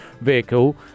vehicle